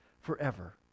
forever